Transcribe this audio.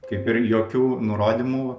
kaip ir jokių nurodymų